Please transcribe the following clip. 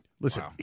Listen